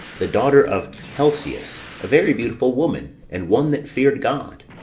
the daughter of helcias, a very beautiful woman, and one that feared god.